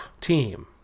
Team